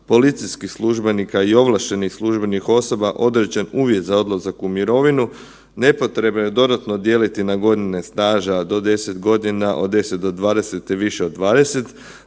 policijskih službenika i ovlaštenih službenih osoba određen uvjet za odlazak u mirovinu, nepotrebno je dodatno dijeliti na godine staža, do 10 godina, do 10-20 i više od 20.